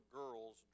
girls